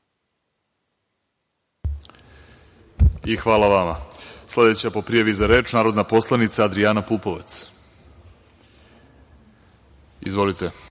Hvala vama. Sledeća po prijavi za reč narodna poslanica Adrijana Pupovac. Izvolite.